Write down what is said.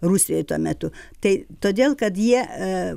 rusijoj tuo metu tai todėl kad jie